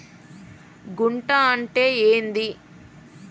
గుంట అంటే ఏంది?